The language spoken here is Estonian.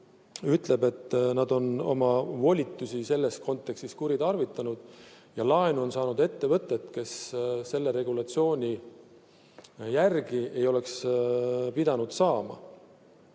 et nad on oma volitusi selles kontekstis kuritarvitanud ja laenu on saanud ettevõtted, kes selle regulatsiooni järgi ei oleks pidanud